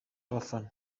abafana